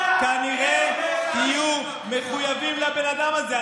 כנראה תהיו מחויבים לבן אדם הזה.